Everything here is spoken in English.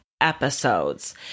episodes